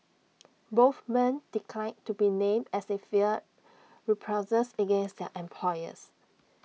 both men declined to be named as they feared reprisals against their employers